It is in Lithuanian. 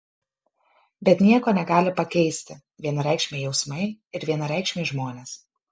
bet nieko negali pakeisti vienareikšmiai jausmai ir vienareikšmiai žmonės